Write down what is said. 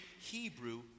hebrew